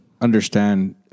understand